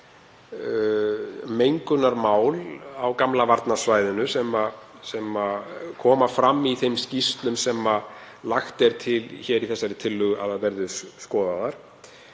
mengunarmál á gamla varnarsvæðinu sem koma fram í þeim skýrslum sem lagt er til í þessari tillögu að verði skoðaðar.